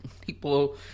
people